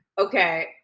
Okay